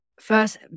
First